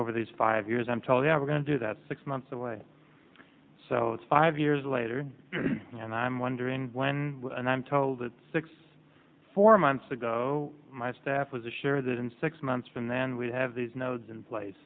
over these five years i'm told they are going to do that six months away so it's five years later and i'm wondering when and i'm told that six four months ago my staff was sure that in six months from then we'd have these nodes in place